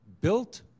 built